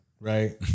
right